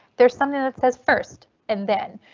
there's something that says first and then.